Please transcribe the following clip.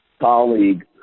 colleague